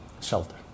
shelter